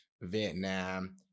Vietnam